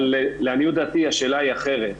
אבל לעניות דעתי השאלה היא אחרת.